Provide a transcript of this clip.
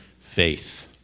faith